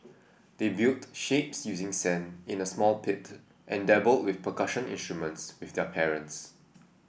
they built shapes using sand in a small pit and dabbled with percussion instruments with their parents